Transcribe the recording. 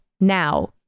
now